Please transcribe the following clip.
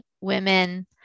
women